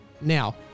Now